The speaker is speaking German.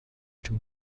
dem